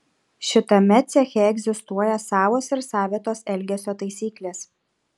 šitame ceche egzistuoja savos ir savitos elgesio taisyklės